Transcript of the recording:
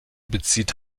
bezieht